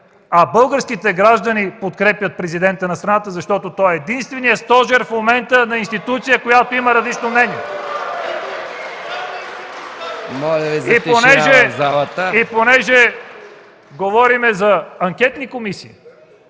а българските граждани подкрепят Президента на страната, защото той е единственият стожер в момента на институция, която има различно мнение. (Викове: „Е-е-е!” и